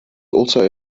also